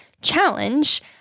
challenge